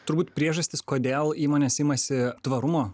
turbūt priežastys kodėl įmonės imasi tvarumo